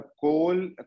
coal